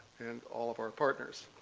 and all of our partners.